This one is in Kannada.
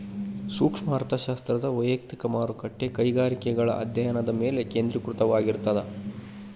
ಸೂಕ್ಷ್ಮ ಅರ್ಥಶಾಸ್ತ್ರ ವಯಕ್ತಿಕ ಮಾರುಕಟ್ಟೆ ಕೈಗಾರಿಕೆಗಳ ಅಧ್ಯಾಯನದ ಮೇಲೆ ಕೇಂದ್ರೇಕೃತವಾಗಿರ್ತದ